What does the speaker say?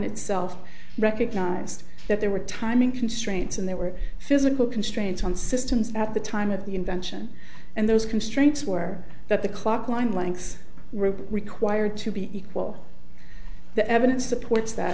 itself recognized that there were timing constraints and there were physical constraints on systems at the time of the invention and those constraints were that the clock line lengths were required to be equal the evidence supports that